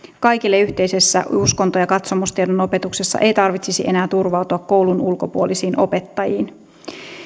kaikille yhteisessä uskonto ja katsomustiedon opetuksessa ei tarvitsisi enää turvautua koulun ulkopuolisiin opettajiin